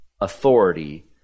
authority